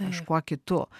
kažkuo kitu